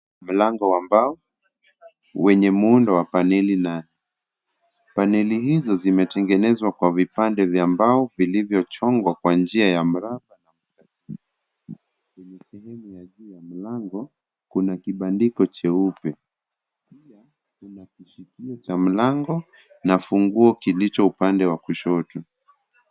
Mlango wa mbao wenye muundo wa paneli na paneli hizo zimetengenezwa kwa vipande vya mbao vilivyochongwa kwa njia ya mraba. Kwenye sehemu ya juu ya mlango kuna kibandiko jeupe. Pia kuna kishikio cha mlango na funguo kilicho upande wa kushoto.